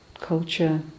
culture